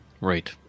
right